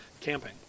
camping